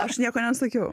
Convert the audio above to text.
aš nieko nesakiau